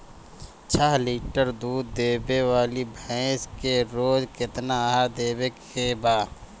छह लीटर दूध देवे वाली भैंस के रोज केतना आहार देवे के बा?